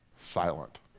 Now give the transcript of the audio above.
silent